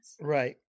Right